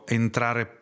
entrare